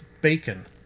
Bacon